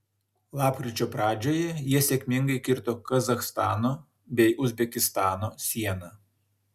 lapkričio pradžioje jie sėkmingai kirto kazachstano bei uzbekistano sieną